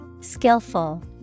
Skillful